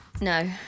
No